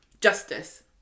Justice